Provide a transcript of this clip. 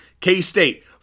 K-State